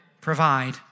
provide